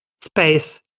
space